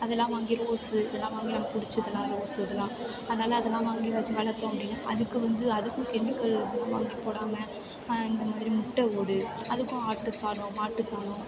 அதெல்லாம் வாங்கி ரோஸு இதெல்லாம் வாங்கி நமக்கு பிடிச்சதெல்லாம் ரோஸு இதெல்லாம் அதனால் அதெல்லாம் வாங்கி வச்சு வளர்த்தோம் அப்படின்னா அதுக்கு வந்து அதுக்கும் கெமிக்கல் உரம் வாங்கி போடாமல் இந்த மாதிரி முட்டை ஓடு அதுக்கும் ஆட்டு சாணம் மாட்டு சாணம்